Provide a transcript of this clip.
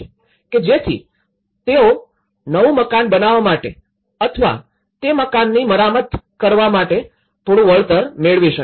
કે જેથી તેઓ નવું મકાન બનાવવા માટે અથવા તે મકાનની મરામત કરવા માટે થોડું વળતર મેળવી શકે